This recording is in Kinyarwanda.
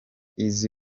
eazzy